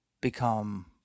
become